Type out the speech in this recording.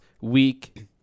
week